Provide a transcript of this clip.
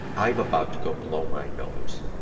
i'm about to go blow my nose.